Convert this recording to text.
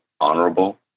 honorable